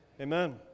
Amen